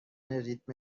ریتم